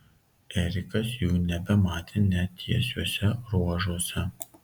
erikas jų nebematė net tiesiuose ruožuose